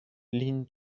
lin